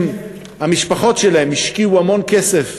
הם, המשפחות שלהם, השקיעו המון כסף